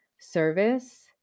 service